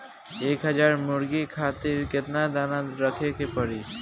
एक हज़ार मुर्गी खातिर केतना दाना रखे के पड़ी?